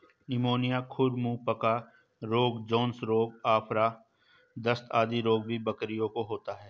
pneumonia, खुर मुँह पका रोग, जोन्स रोग, आफरा, दस्त आदि रोग भी बकरियों को होता है